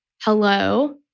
Hello